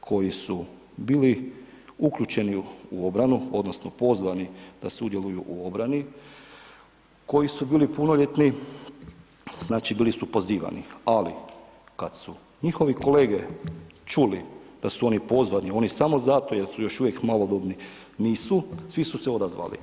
koji su bili uključeni u obranu odnosno pozvani da sudjeluju u obrani, koji su bili punoljetni, znači, bili su pozivani, ali kad su njihovi kolege čuli da su oni pozvani, oni samo zato jel su još uvijek malodobno nisu, svi su se odazvali.